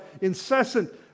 incessant